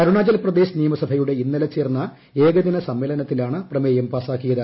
അരുണാചൽ പ്രദേശ് നിയമസഭയുടെ ഇന്നലെ ചേർന്നു ഏകദിന സമ്മേളന്ത്തിലാണ് പ്രമേയം പാസാക്കിയത്